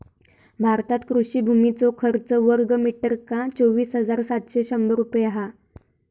भारतात कृषि भुमीचो खर्च वर्गमीटरका चोवीस हजार सातशे शंभर रुपये हा